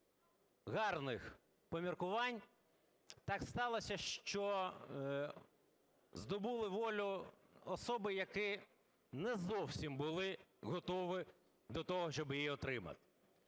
гарних поміркувань так сталося, що здобули волю особи, які не зовсім були готові до того, щоб її отримати.